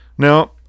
Now